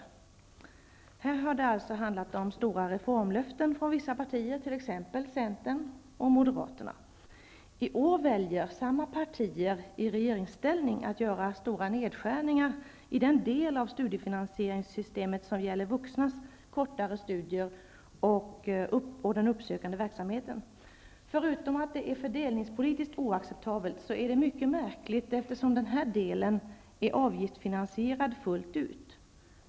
I detta sammanhang har det alltså handlat om stora reformlöften från vissa partier, t.ex. från Centern och Moderaterna. I år väljer samma partier att i regeringsställning göra stora nedskärningar i den del av studifinansieringssystemet som gäller vuxnas kortare studier och den uppsökande verksamheten. Förutom att detta är fördelningspolitiskt oacceptabelt, är det mycket märkligt eftersom denna del är avgiftsfinansierad fullt ut.